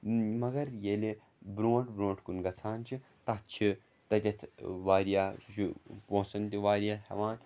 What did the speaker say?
مگر ییٚلہِ برٛونٛٹھ برٛونٛٹھ کُن گژھان چھِ تَتھ چھِ تَتٮ۪تھ واریاہ سُہ چھُ پونٛسہٕ ہٕن تہِ واریاہ ہٮ۪وان